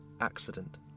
accident